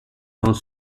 dans